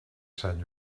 sant